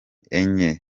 enye